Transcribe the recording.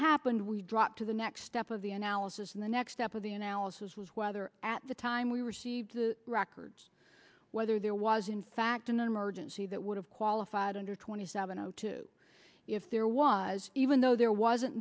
happened we drop to the next step of the analysis and the next step of the analysis was whether at the time we received the records whether there was in fact an emergency that would have qualified under twenty seven o two if there was even though there wasn't